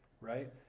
right